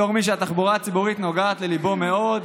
בתור מי שהתחבורה הציבורית נוגעת לליבו מאוד,